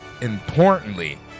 importantly